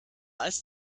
als